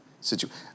situation